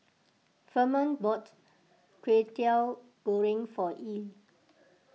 Furman bought Kwetiau Goreng for Ely